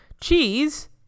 Cheese